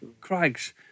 Craigs